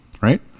right